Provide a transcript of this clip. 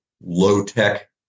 low-tech